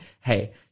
hey